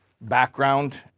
background